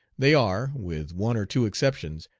they are, with one or two exceptions,